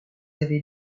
avez